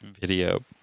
Video